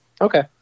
okay